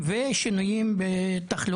ונראה אם יש שינויים בתחלואה,